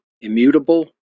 immutable